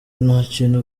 ntakintu